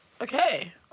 Okay